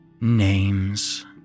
Names